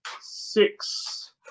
six